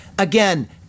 Again